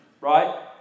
right